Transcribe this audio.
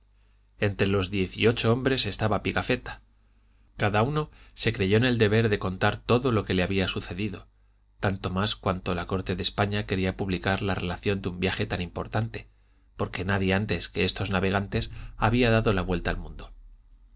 entre los diez y ocho hombres estaba pigafetta cada uno se creyó en el deber de contar todo lo que le había sucedido tanto más cuanto la corte de españa quería publicar la relación de un viaje tan importante porque nadie antes que estos navegantes había dado la vuelta al mundo